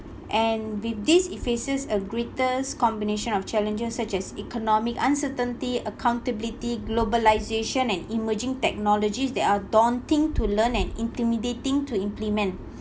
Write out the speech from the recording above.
and with this it faces a greatest combination of challenges such as economic uncertainty accountability globalisation and emerging technologies that are daunting to learn and intimidating to implement